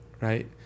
right